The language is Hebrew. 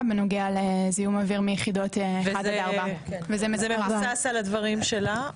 בנוגע לזיהום אוויר מיחידות 1-4. זה מבוסס על הנתונים שלה?